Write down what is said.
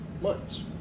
months